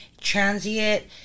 transient